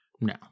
No